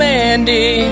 Mandy